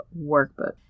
workbook